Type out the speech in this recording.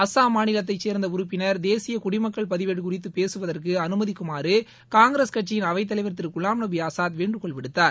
அசாம் மாநிலத்தை சேரந்த உறுப்பினர் தேசிய குடிமக்கள் பதிவேடு குறித்து பேசுவதற்கு அனுமதிக்குமாறு காங்கிரஸ் கட்சியின் அவை தலைவர் திரு குலாம் நபி ஆசாத் வேண்டுகோள் விடுத்தார்